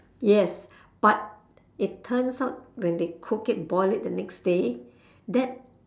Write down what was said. yes but it turns out when they cook it boil it the next day that